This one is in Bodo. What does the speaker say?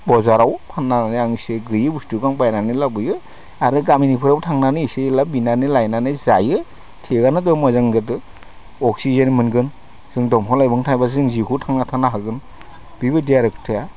बजाराव फाननानै आं एसे गैयै बुस्थुखौ आं बायनानै लाबोयो आरो गामिनिफ्रायबो थांनानै एसे एला बिनानै लायनानै जायो थिगानो बियाव मोजां जादो अक्सिजेन मोनगोन जों दंफां लाइफां थायोब्लासो जों जिउखौ थांना थानो हागोन बिबायदि आरो खोथाया